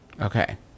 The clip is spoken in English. Okay